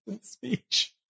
speech